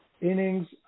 innings